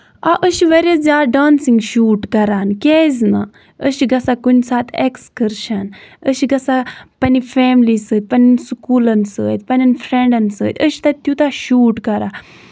آ أسۍ چھِ واریاہ زیادٕ ڈانسِنگ شوٗٹ کران کیازِ نہٕ أسۍ چھِ گژھان کُنہِ ساتہٕ اٮ۪کسکرشَن أسۍ چھِ گژھان پَنٕنہِ فیملی سۭتۍ پَنٕنِس سکوٗلَن سۭتۍ پَنٕنین فرینڈَن سۭتۍ أسۍ چھِ تَتہِ تیوٗتاہ شوٗٹ کران